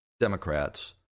Democrats